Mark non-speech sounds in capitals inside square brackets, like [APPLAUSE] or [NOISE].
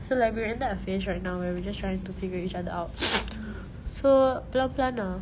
so like we end up finish right now where we're just trying to figure each other out [NOISE] so pelan-pelan ah